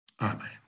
Amen